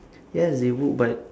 yes they would but